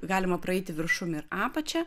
galima praeiti viršum ir apačia